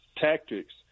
tactics